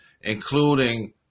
including